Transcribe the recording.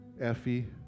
Effie